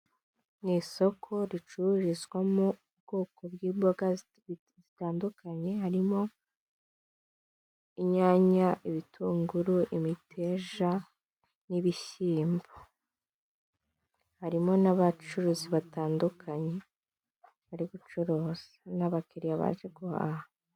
Mu isoko ricururizwamo ubwoko bw'imboga zitandukanye harimo inyanya, ibitunguru, imiteja n'ibishyimbo. Harimo n'abacuruzi batandukanye bari gucuruza n'abakiriya baje guhaha.